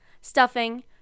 stuffing